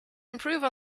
improve